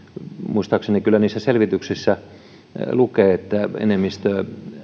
muistaakseni kyllä niissä selvityksissä lukee että enemmistö